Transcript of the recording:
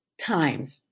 time